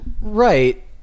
Right